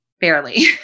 barely